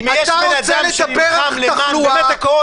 אם יש בן אדם שנלחם למען הקורונה,